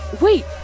Wait